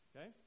Okay